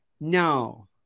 No